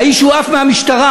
האיש הועף מהמשטרה.